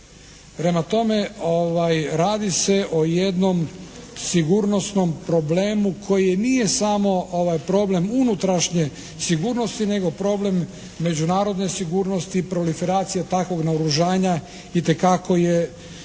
Prema tome, radi se o jednom sigurnosnom problemu koji nije samo problem unutrašnje sigurnosti nego problem međunarodne sigurnosti, proliferacije takvog naoružanja itekako je